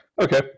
Okay